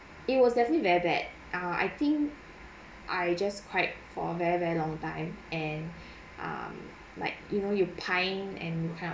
it was definitely very bad err I think I just cried for very very long time and um like you know you pine and you kind of